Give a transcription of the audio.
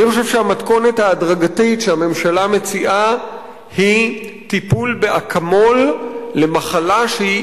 אני חושב שהמתכונת ההדרגתית שהממשלה מציעה היא טיפול באקמול למחלה שהיא